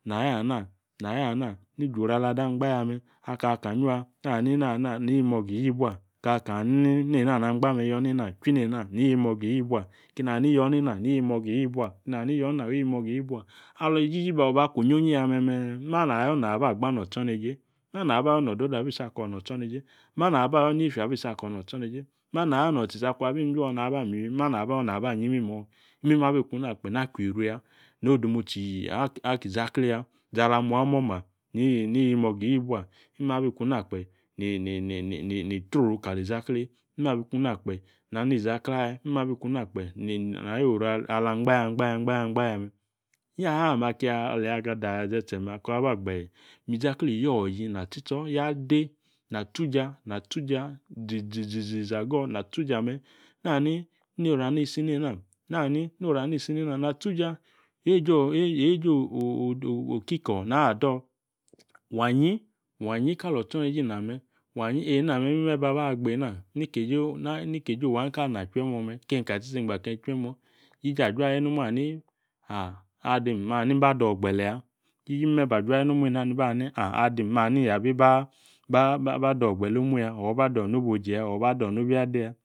. Naya ana nayana ni ju oru ala ga angba ya me̱ kaka yua niyi imoga iyi bua kaka ani nena na angba me̱ yo nena, chwi nena niyi imogo yi bua keni ani yo nena Alo ba kwo onyi ya me̱me̱ mana aba gba no̱ o̱tso̱neje mana aba ayo no̱ o̱do̱do̱ abibisi ko̱ no̱ o̱tso̱neje niana naba ayo̱ niefya abi isi ako̱ no̱ o̱tso̱neje mana ayo̱ no tsitsi akung abi juo̱ naba mi iywi mana aba ayobnaba yi inimo̱ mime̱ abi kuna kpe na kwieru ya no odemotsi aki izaklee ya izi ala mua o̱mo̱ma ni iyi inioga iyi bua. Imme abi kuna kpe̱ na ni izaklee aya imme̱ abi kuna kpe na yoru ala angba ya, angba ya angba ya, angba ya me. Inyaha me ali ga adaya ze̱tso̱ mee kung aba gbaje mi zaklee iyio iji notsitso niade na tsuja na tsuja ziziziziza ago̱. Na tsuja me̱ nani noru ana isi nena Na tsuja neeja o okiko wa anyi wa anyi kalo̱ o̱tso̱neje ina me̱. Eena mime baba agba eena ni keeja owa ni kali eni achu emuo me kenka zi engba keni chu emuo. Ijiji ajuaje nomu aha ni adim mani mba do̱ igbele ya. Jiji me ba juaje nomu ani adim ma ni hin yabi ba do gbele omu or ba do̱ inobe oji ya or ba do̱ inobe yiade ya.